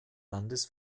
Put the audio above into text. landes